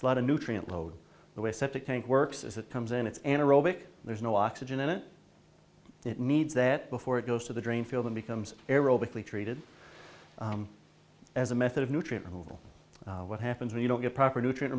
of nutrient load the way septic tank works is it comes in it's anaerobic there's no oxygen in it it needs that before it goes to the drain field and becomes aerobically treated as a method of nutrient levels what happens when you don't get proper nutrient